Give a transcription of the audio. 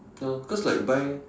ya lor because like buy